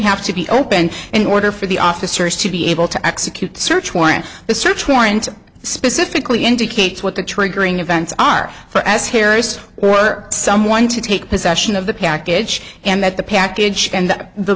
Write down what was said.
have to be opened in order for the officers to be able to execute search warrant the search warrant specifically indicates what the triggering events are for as harris were someone to take possession of the package and that the package and the